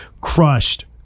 crushed